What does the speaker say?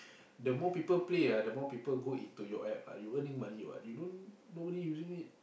the more people play ah the more people go into your App ah you earning money [what] you don't nobody using it